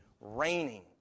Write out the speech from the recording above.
raining